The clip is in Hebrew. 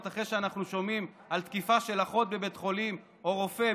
אחרי שאנחנו שומעים על תקיפה של אחות בבית חולים או רופא,